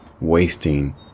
wasting